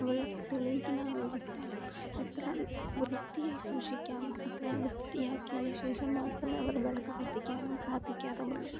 വിളക്ക് തെളിയിക്കുന്ന ഒരു സ്ഥലം എത്ര വൃത്തിയായി സൂക്ഷിക്കാമോ അത്രയും വൃത്തിയാക്കിയതിനു ശേഷം മാത്രമേ അവർ വിളക്ക് കത്തിക്കാറും പ്രാർത്ഥിക്കാറും ഉള്ളൂ